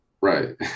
Right